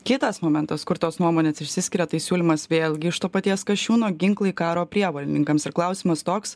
kitas momentas kur tos nuomonės išsiskiria tai siūlymas vėlgi iš to paties kasčiūno ginklai karo prievolininkams ir klausimas toks